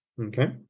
Okay